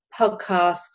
podcasts